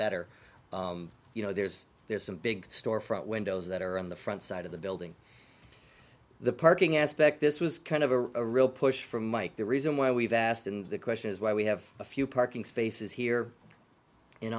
better you know there's there's some big store front windows that are on the front side of the building the parking aspect this was kind of a real push from mike the reason why we've asked in the question is why we have a few parking spaces here